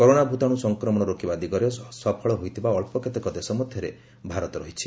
corona ଭୂତାଣୁ ସଂକ୍ରମଣ ରୋକିବା ଦିଗରେ ସଫଳ ହୋଇଥିବା ଅଳ୍ପ କେତେକ ଦେଶ ମଧ୍ୟରେ ଭାରତ ରହିଛି